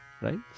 Right